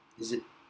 is it